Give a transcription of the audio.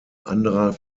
anderer